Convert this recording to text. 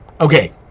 Okay